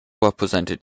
represented